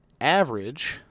average